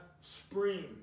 spring